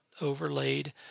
overlaid